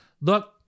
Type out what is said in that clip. look